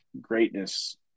greatness